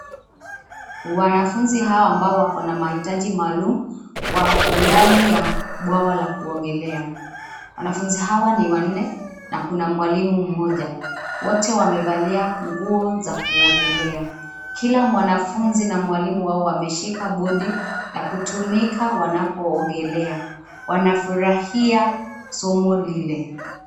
Wanafunzi hawa ambao wako na mahitaji maalum wako ndani ya bwawa la kuogelea, wanafunzi hawa ni wanne na kuna mwalimu mmoja. Wote wamevalia nguo za kuogelea, kila mwanafunzi na mwalimu wao wameshika bodi la kutumika wanapo ogelea. Wanafurahia somo lile.